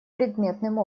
предметным